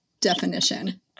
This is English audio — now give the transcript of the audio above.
definition